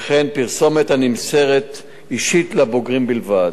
וכן פרסומת הנמסרת אישית, לבוגרים בלבד.